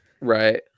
Right